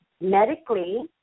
medically